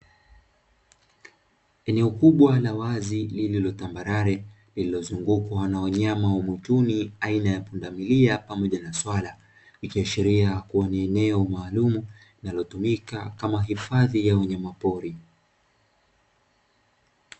Eneo kubwa la wazi lililotambarare lililozungukwa na wanyama wa mwituni aina ya pundamilia pamoja na swala, ikiashiria kuwa ni eneo maalumu linalotumika kama hifadhi ya wanyama pori.